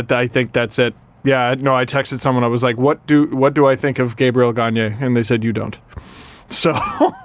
but i think that's it yeah, i know i texted someone i was like what do what do i think of gabriel gagne ah and they said you don't so,